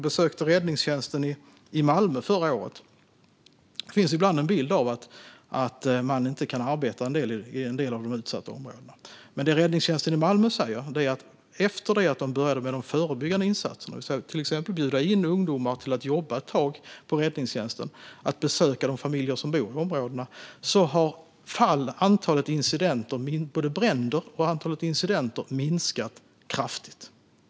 Det finns ibland en bild av att man inte kan arbeta i en del av de utsatta områdena. Jag besökte räddningstjänsten i Malmö förra året, och de säger att efter att de började med förebyggande insatser, till exempel att bjuda in ungdomar att jobba på räddningstjänsten ett tag och att besöka familjer som bor i områdena, har både antalet bränder och antalet incidenter minskat kraftigt.